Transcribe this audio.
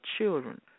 children